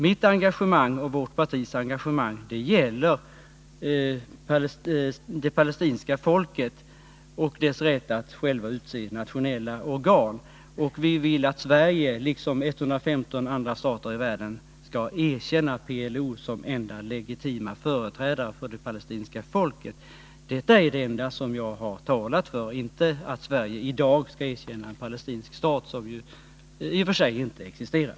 Mitt och mitt partis engagemang gäller det palestinska folket och dess rätt att självt utse sina nationella organ, och vi vill att Sverige, liksom 115 andra stater i världen, skall erkänna PLO såsom enda legitima företrädare för det palestinska folket. Detta är det enda som jag har talat om, men inte om att Sverige i dag skall erkänna en palestinsk stat, som ju i sig inte existerar.